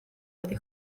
wedi